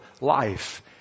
life